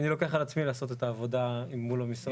אני לוקח על עצמי לעשות את העבודה מול המשרדים.